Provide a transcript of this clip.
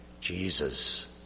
Jesus